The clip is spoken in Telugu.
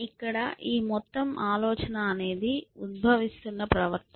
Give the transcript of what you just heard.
ఇక్కడ ఈ మొత్తం ఆలోచన అనేది ఉద్భవిస్తున్న ప్రవర్తన